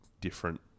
different